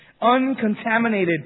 Uncontaminated